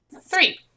Three